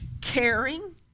caring